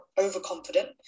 overconfident